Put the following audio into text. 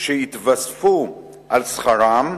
שיתווספו על שכרם,